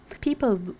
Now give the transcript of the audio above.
People